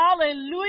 Hallelujah